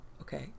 okay